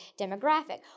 demographic